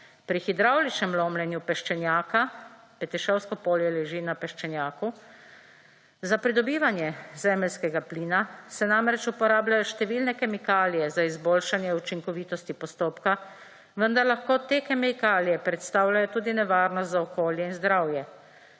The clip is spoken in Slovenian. Pri hidravličnem lomljenju peščenjaka Petišovsko polje leži na peščenjaku. Za pridobivanje zemeljskega plina se namreč uporabljajo številne kemikalije za izboljšanje učinkovitosti postopka, vendar lahko te kemikalije predstavljajo tudi nevarnost za okolje in zdravje.